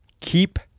keep